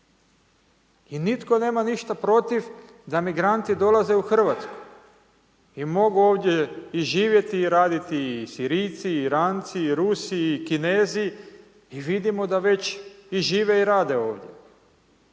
I nitko nema ništa protiv da migranti dolaze u Hrvatsku i mogu ovdje i živjeti i raditi i Sirijci i Iranci i Rusi i Kinezi i vidimo da već i žive i rade ovdje.